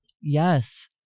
Yes